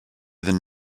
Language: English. then